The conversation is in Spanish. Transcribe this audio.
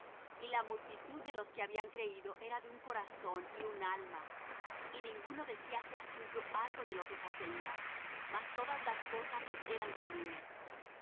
y la multitud de los que habían creído era de un corazón y un alma y ninguno decía ser suyo algo de lo que poseía mas todas las cosas les eran comunes